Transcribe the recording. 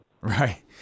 Right